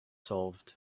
solved